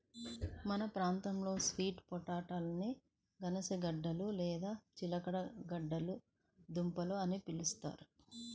మన ప్రాంతంలో స్వీట్ పొటాటోలని గనిసగడ్డలు లేదా చిలకడ దుంపలు అని పిలుస్తారు